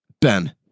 Ben